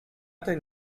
ten